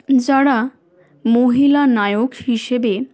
যারা মহিলা নায়ক হিসেবে